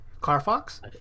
Carfax